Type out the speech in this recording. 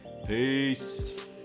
Peace